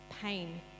pain